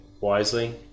wisely